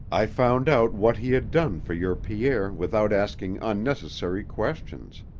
i found out what he had done for your pierre without asking unnecessary questions.